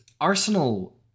Arsenal